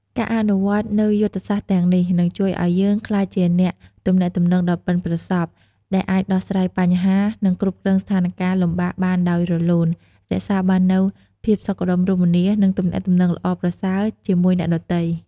ការអនុវត្តន៍នូវយុទ្ធសាស្ត្រទាំងនេះ នឹងជួយឲ្យយើងក្លាយជាអ្នកទំនាក់ទំនងដ៏ប៉ិនប្រសប់ ដែលអាចដោះស្រាយបញ្ហា និងគ្រប់គ្រងស្ថានការណ៍លំបាកបានដោយរលូន រក្សាបាននូវភាពសុខដុមរមនា និងទំនាក់ទំនងល្អប្រសើរជាមួយអ្នកដទៃ។